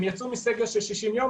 הם יצאו מסגר של 60 יום,